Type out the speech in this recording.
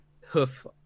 hoof